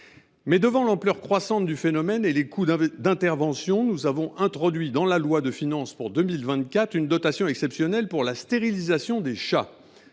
Mais, devant l’ampleur croissante du phénomène et les coûts d’intervention, nous avons introduit dans la loi de finances pour 2024 une dotation exceptionnelle pour la stérilisation des chats.